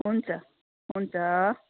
हुन्छ हुन्छ